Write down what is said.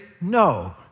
No